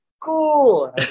Cool